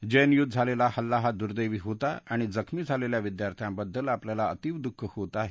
जे एनयूत झालेला हल्ला हा दुर्देवी होता आणि जखमी झालेल्या विद्यार्थ्यांबद्दल आपल्याला अतीव दुःख होत आहे